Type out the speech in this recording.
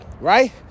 right